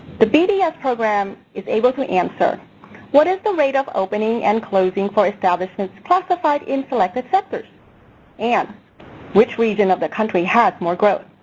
the bds program is able to answer what is the rate of opening and closing for establishments classified in selected sectors and which region of the country has more growth.